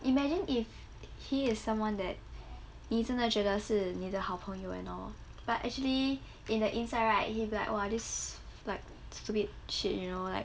imagine if he is someone that 你真的觉得是你的好朋友 and all but actually in the inside right he's like !wah! this like stupid shit you know like